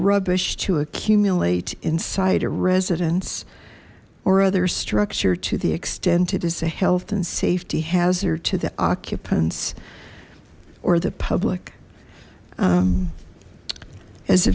rubbish to accumulate inside a residence or other structure to the extent it is a health and safety hazard to the occupants or the public as a